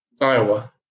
Iowa